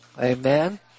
Amen